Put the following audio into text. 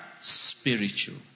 spiritual